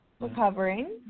recovering